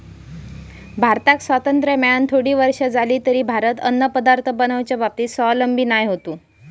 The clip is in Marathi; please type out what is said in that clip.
भारताक स्वातंत्र्य मेळान थोडी वर्षा जाली तरी भारत अन्नपदार्थ बनवच्या बाबतीत स्वावलंबी नाय होतो